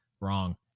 Wrong